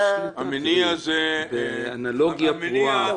--- זה על מנת שלא תיווצר אנלוגיה פרועה.